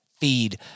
feed